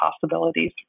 possibilities